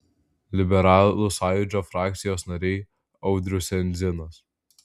liberalų sąjūdžio frakcijos nariai audrius endzinas